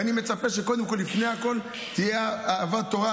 ואני מצפה קודם כול לפני הכול שתהיה אהבת תורה,